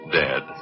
dead